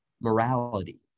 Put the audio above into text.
morality